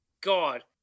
God